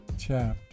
chapter